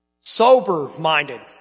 Sober-minded